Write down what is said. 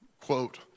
quote